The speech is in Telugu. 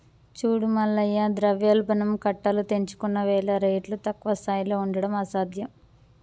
చూడు మల్లయ్య ద్రవ్యోల్బణం కట్టలు తెంచుకున్నవేల రేట్లు తక్కువ స్థాయిలో ఉండడం అసాధ్యం